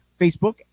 Facebook